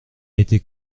été